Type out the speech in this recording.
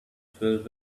filled